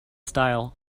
style